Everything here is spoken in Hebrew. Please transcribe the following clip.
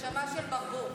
נשמה של ברבור.